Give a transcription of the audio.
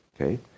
Okay